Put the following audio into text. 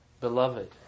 beloved